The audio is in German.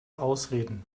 ausreden